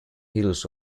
hills